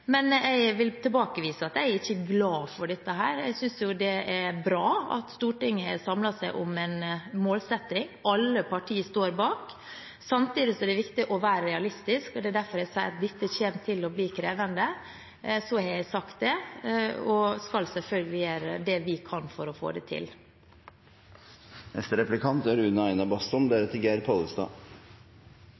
Men jeg vil tilbakevise at jeg ikke er glad for dette. Jeg synes det er bra at Stortinget har samlet seg om en målsetting som alle partier står bak. Samtidig er det viktig å være realistisk, og det er derfor jeg sier at dette kommer til å bli krevende – så har jeg sagt det – og vi skal selvfølgelig gjøre det vi kan for å få det til. Det er